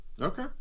okay